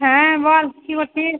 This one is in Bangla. হ্যাঁ বল কী কচ্ছিস